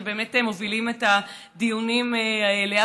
שבאמת מובילים את הדיונים האלה.